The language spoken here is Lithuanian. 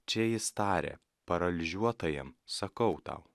čia jis tarė paralyžiuotajam sakau tau